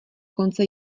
konce